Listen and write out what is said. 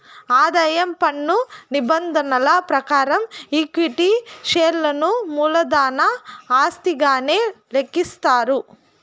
ఆదాయం పన్ను నిబంధనల ప్రకారం ఈక్విటీ షేర్లను మూలధన ఆస్తిగానే లెక్కిస్తారు